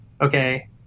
okay